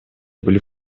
были